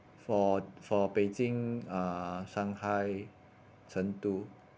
for for beijing uh shanghai chengdu